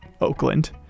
Oakland